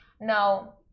Now